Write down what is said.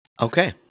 Okay